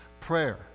prayer